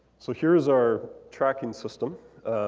so here's our tracking system.